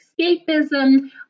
escapism